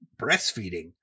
breastfeeding